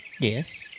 yes